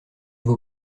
vaut